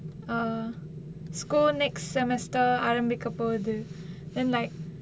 err school next semester ஆரம்பிக்க போவுது:aarambikka povuthu then like